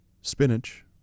spinach